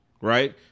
right